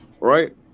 right